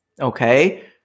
okay